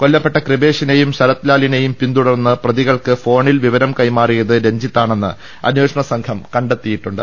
കൊല്ലപ്പെട്ട കൃപേഷിനേയും ശരത്ലാലിനെയും പിന്തുടർന്ന് പ്രതികൾക്ക് ഫോണിൽ വിവരം കൈമാറിയത് രഞ്ജിത്താ ണെന്ന് അന്വേഷണ സംഘം കണ്ടെത്തിയിട്ടുണ്ട്